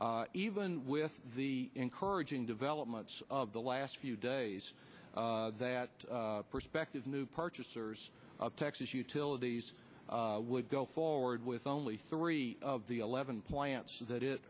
even with the encouraging developments of the last few days that prospective new purchasers texas utilities would go forward with only three of the eleven plants that it